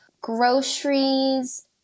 groceries